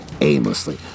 aimlessly